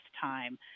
time